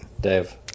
Dave